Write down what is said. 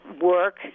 work